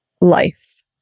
life